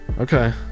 Okay